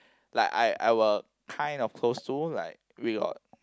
like I I were kind of close to like we got